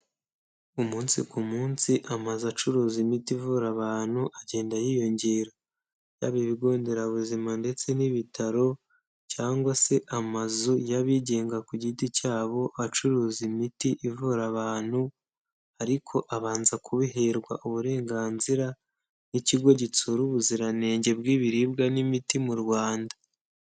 Umunsi ku munsi amazu acuruza imiti ivura abantu agenda yiyongera. Yaba ibigo nderabuzima ndetse n'ibitaro cyangwa se amazu y'abigenga ku giti cyabo acuruza imiti ivura abantu, ariko abanza kubiherwa uburenganzira n'ikigo gitsura ubuziranenge bw'ibiribwa n'imiti mu Rwanda.